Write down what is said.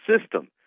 System